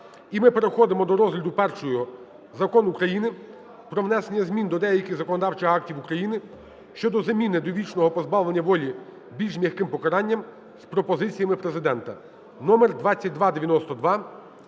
І ми переходимо до розгляду першого Закону України "Про внесення змін до деяких законодавчих актів України щодо заміни довічного позбавлення волі більш м'яким покаранням" з пропозиціями Президента